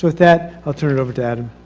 but that, i'll turn it over to adam.